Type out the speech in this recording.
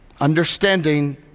understanding